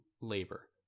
labor